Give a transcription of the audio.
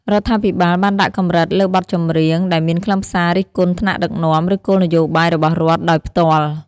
រដ្ឋាភិបាលបានដាក់កម្រិតលើបទចម្រៀងដែលមានខ្លឹមសារ រិះគន់ថ្នាក់ដឹកនាំ ឬគោលនយោបាយរបស់រដ្ឋ ដោយផ្ទាល់។